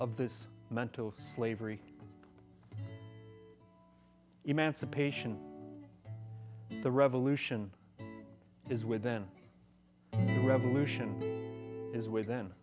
of this mental slavery emancipation the revolution is where then revolution is way then